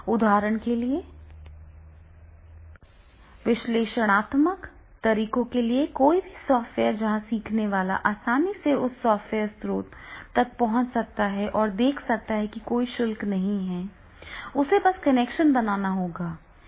उदाहरण के लिए विश्लेषणात्मक तरीकों के लिए कोई भी सॉफ़्टवेयर जहां सीखने वाला आसानी से उस विशेष स्रोत तक पहुंच सकता है और देख सकता है कि कोई शुल्क नहीं है उसे बस कनेक्शन बनाना होगा